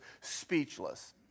speechless